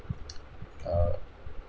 err